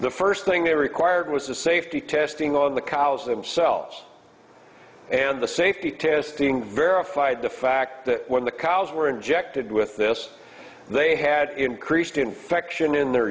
the first thing they required was the safety testing on the cows themselves and the safety testing verified the fact that when the cows were injected with this they had increased infection in their